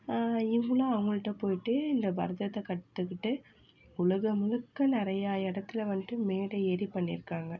இவங்களும் அவங்கள்ட்ட போயிட்டு இந்த பரதத்தை கற்றுக்கிட்டு உலகம் முழுக்க நிறையா இடத்துல வந்துட்டு மேடை ஏறி பண்ணிருக்காங்கள்